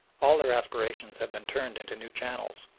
all their aspirations have been turned into new channels.